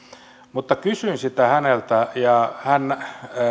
mutta kysyin sitä häneltä ja hän